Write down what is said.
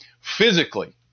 physically